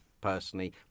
personally